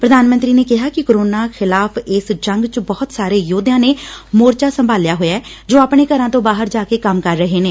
ਪ੍ਰਧਾਨ ਮੰਤਰੀ ਨੇ ਕਿਹਾ ਕਿ ਕੋਰੋਨਾ ਖਿਲਾਫ ਇਸ ਜੰਗ 'ਚ ਬਹੁਤ ਸਾਰੇ ਯੋਧਿਆਂ ਨੇ ਮੋਰਚਾ ਸੰਭਾਲਿਆ ਹੋਇਐ ਜੋ ਆਪਣੇ ਘਰਾਂ ਤੋਂ ਬਾਹਰ ਜਾ ਕੇ ਕੰਮ ਕਰ ਰਹੇ ਨੇ